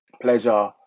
pleasure